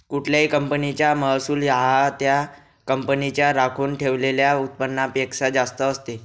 कुठल्याही कंपनीचा महसूल हा त्या कंपनीच्या राखून ठेवलेल्या उत्पन्नापेक्षा जास्त असते